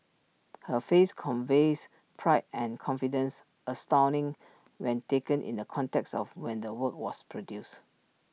her face conveys pride and confidence astounding when taken in the context of when the work was produced